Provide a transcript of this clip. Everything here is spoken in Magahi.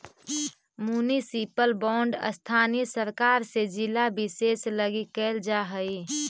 मुनिसिपल बॉन्ड स्थानीय सरकार से जिला विशेष लगी कैल जा हइ